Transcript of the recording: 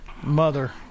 Mother